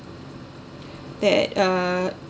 that uh